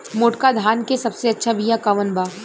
मोटका धान के सबसे अच्छा बिया कवन बा?